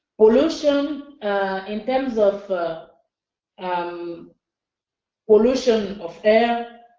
pollution in terms of ah um pollution of air,